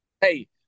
Hey